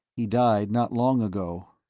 he died, not long ago.